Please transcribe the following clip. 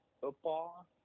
Football